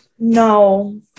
No